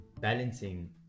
balancing